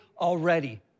already